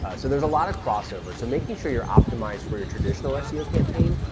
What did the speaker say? ah so there's a lot of crossover. so making sure you're optimized for your traditional seo campaign,